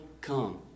come